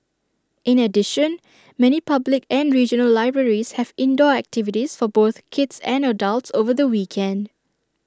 in addition many public and regional libraries have indoor activities for both kids and adults over the weekend